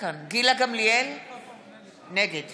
נגד